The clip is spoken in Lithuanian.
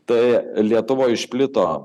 tai lietuvoj išplito